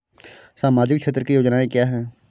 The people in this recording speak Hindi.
सामाजिक क्षेत्र की योजनाएँ क्या हैं?